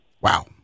Wow